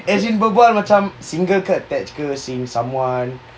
as in berbual macam single ke attached ke seeing someone